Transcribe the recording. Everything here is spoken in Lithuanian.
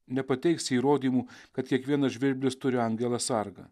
nepateiksi įrodymų kad kiekvienas žvirblis turi angelą sargą